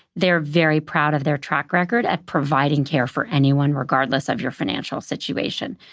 they're very proud of their track record at providing care for anyone, regardless of your financial situation.